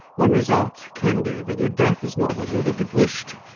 one result can be that your death is not what you would have wished,